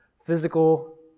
physical